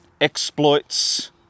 exploits